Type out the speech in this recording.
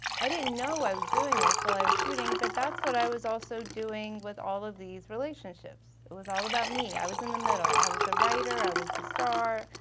i didn't know i was doing this while i was shooting, but that's what i was also doing with all of these relationships. it was all about me, i was in the middle. i was the writer, i was the star,